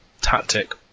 tactic